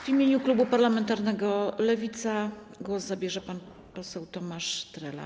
W imieniu klubu parlamentarnego Lewica głos zabierze pan poseł Tomasz Trela.